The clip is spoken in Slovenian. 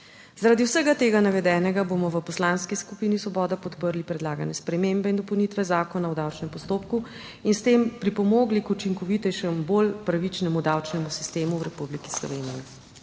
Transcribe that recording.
Zaradi vsega tega navedenega bomo v Poslanski skupini Svoboda podprli predlagane spremembe in dopolnitve Zakona o davčnem postopku in s tem pripomogli k učinkovitejšemu, bolj pravičnemu davčnemu sistemu v Republiki Sloveniji.